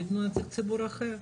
שיתנו נציג ציבור אחר.